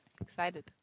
Excited